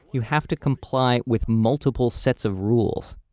you have to comply with multiple sets of rules.